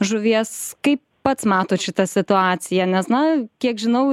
žuvies kaip pats matot šitą situaciją nes na kiek žinau